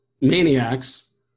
maniacs